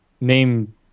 name